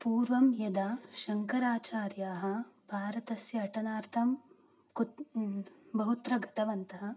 पूर्वं यदा शङ्कराचार्याः भारतस्य अटनार्थं कुत्र बहुत्र गतवन्तः